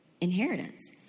inheritance